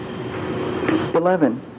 Eleven